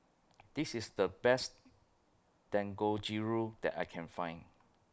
This IS The Best Dangojiru that I Can Find